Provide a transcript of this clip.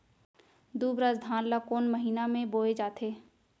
दुबराज धान ला कोन महीना में बोये जाथे?